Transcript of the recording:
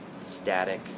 static